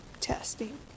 testing